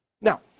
Now